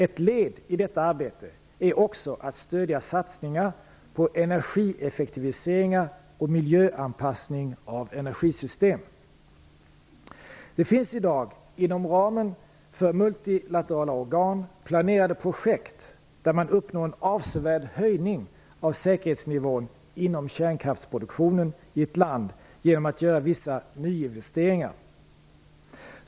Ett led i detta arbete är också att stödja satsningar på energieffektiviseringar och miljöanpassning av energisystem. Det finns i dag inom ramen för multilaterala organ planerade projekt där man uppnår en avsevärd höjning av säkerhetsnivån inom kärnkraftsproduktionen i ett land genom att göra vissa nyinvesteringar.